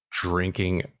drinking